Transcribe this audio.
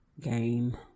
game